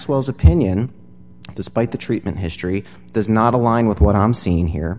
maxwell's opinion despite the treatment history there's not a line with what i'm seeing here